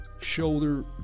shoulder